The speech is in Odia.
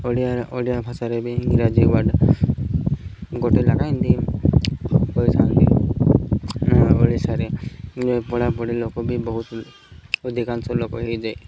ଓଡ଼ିଆ ଓଡ଼ିଆ ଭାଷାରେ ବି ଇଂରାଜୀ ୱାର୍ଡ଼ ଗୋଟେ ଲାଗା ହିନ୍ଦୀ କରିଥାନ୍ତି ଓଡ଼ିଶାରେ ପଢ଼ା ପଢ଼ି ଲୋକ ବି ବହୁତ ଅଧିକାଂଶ ଲୋକ ହେଇଯାଏ